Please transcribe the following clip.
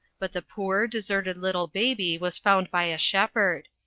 but the poor, deserted little baby was found by a shepherd.